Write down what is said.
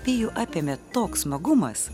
pijų apėmė toks smagumas